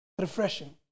Refreshing